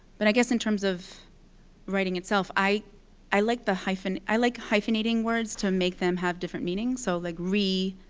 but i guess in terms of writing itself, i i like the hyphen. i like hyphenating words to make them have different meanings. so like re,